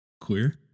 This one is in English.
queer